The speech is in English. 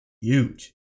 huge